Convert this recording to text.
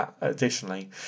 additionally